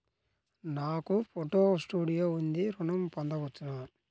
నాకు photo studio ఉంది ఋణం పొంద వచ్చునా?